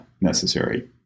necessary